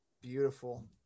Beautiful